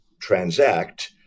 transact